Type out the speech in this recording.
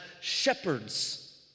shepherds